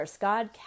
God